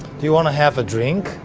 do you wanna have a drink?